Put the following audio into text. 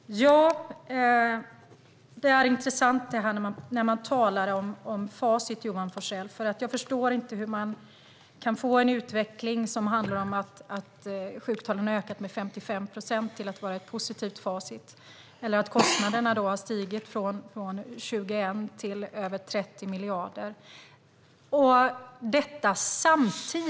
Fru talman! Det är intressant att Johan Forssell talar om facit. Jag förstår inte hur man kan få en utveckling som handlar om att sjuktalen har ökat med 55 procent eller att kostnaderna har stigit från 21 till över 30 miljarder till att vara ett positivt facit.